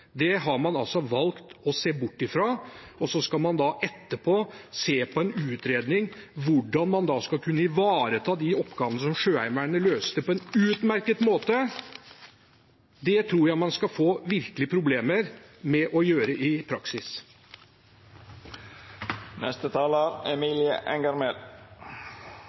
Det har man valgt å se bort fra, og så skal man etterpå i en utredning se på hvordan man skal kunne ivareta de oppgavene som Sjøheimevernet løste på en utmerket måte. Det tror jeg virkelig man skal få problemer med å gjøre i praksis.